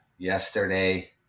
yesterday